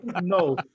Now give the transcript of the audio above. No